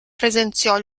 presenziò